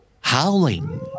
Howling